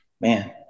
man